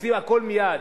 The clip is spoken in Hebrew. רוצים הכול מייד.